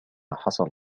حصل